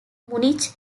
munich